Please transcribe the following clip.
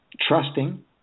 trusting